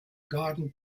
garden